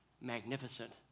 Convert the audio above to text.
magnificent